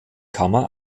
kammer